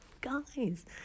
Guys